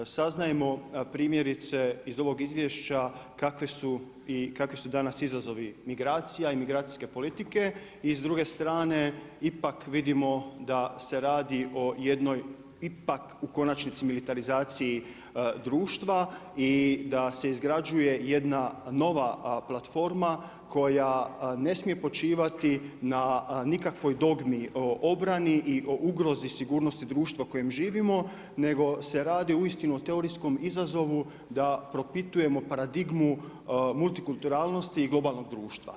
Saznajemo primjerice iz ovog izvješća kakvi su danas izazovi migracija i migracijske politike i s druge strane ipak vidimo da se radi o jednoj ipak u konačnici militarizaciji društva i da se izgrađuje jedna nova platforma koja ne smije počivati na nikakvoj dogmi obrani i o ugrozi sigurnosti društva u kojem živimo nego se radi uistinu o teorijskom izazovu da propitujemo paradigmu multikulturalnosti i globalnog društva.